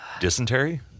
Dysentery